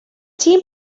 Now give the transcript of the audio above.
team